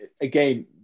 again